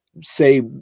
say